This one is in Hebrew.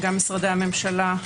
גם משרדי הממשלה,